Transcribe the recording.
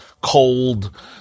cold